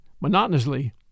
monotonously